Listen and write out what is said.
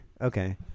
okay